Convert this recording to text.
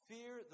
Fear